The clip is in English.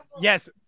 Yes